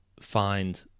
find